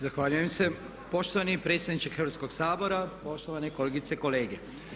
Zahvaljujem se poštovani predsjedniče Hrvatskoga sabora, poštovane kolegice i kolege.